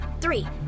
three